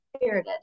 Spirited